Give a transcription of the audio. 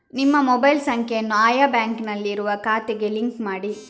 ನಿಮ್ಮ ಮೊಬೈಲ್ ಸಂಖ್ಯೆಯನ್ನು ಆಯಾ ಬ್ಯಾಂಕಿನಲ್ಲಿರುವ ಖಾತೆಗೆ ಲಿಂಕ್ ಮಾಡಿ